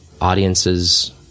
audiences